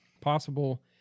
Possible